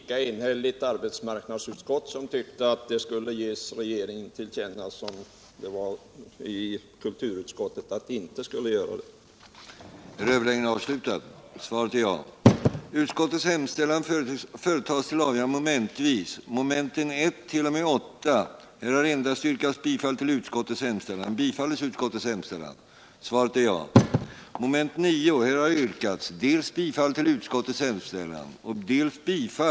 Det var ett lika enhälligt arbetsmarknadsutskott som tyckte att man skulle ge detta till känna för regeringen som det var ett enhälligt kulturutskott som tyckte att man inte skulle göra det.